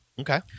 Okay